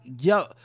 yo